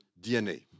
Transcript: DNA